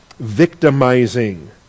victimizing